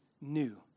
new